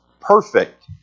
perfect